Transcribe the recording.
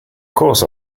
course